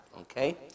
Okay